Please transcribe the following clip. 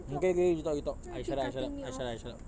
okay okay you talk you talk I shut up I shut up I shut up I shut up